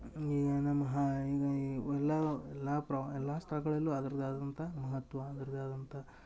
ಈಗ ನಮ್ಮ ಹಾಂ ಈಗ ಈ ಎಲ್ಲವು ಎಲ್ಲಾ ಪ್ರ ಎಲ್ಲಾ ಸ್ಥಳಗಳಲ್ಲು ಅದ್ರದ ಆದಂಥ ಮಹತ್ವ ಅದರದ್ದೇ ಆದಂಥಾ